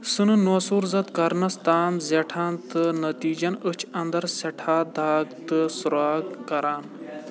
سُہ نہٕ نوسوٗر زدِ كَرنس تام زیٹھان تہٕ نتیٖجن أچھِ انٛدر سٮ۪ٹھاہ داغ تہٕ سُراخ كَران